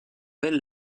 bell